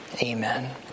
amen